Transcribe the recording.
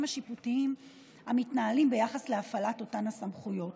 השיפוטיים המתנהלים ביחס להפעלת אותן סמכויות.